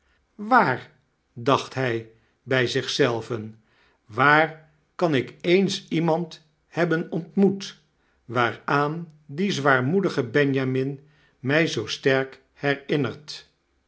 jjwaar dacht hy by zich zelven waar kan ik eens iemand hebben ontmoet waaraan die zwaarmoedige benjamin my zoo sterk herinnert